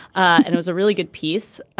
and it was a really good piece.